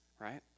right